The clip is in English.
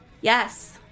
Yes